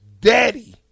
daddy